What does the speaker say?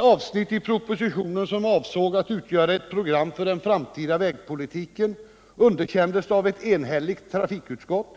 De avsnitt i propositionen som avsågs utgöra ett program för den framtida vägpolitiken underkändes av ett enhälligt trafikutskott,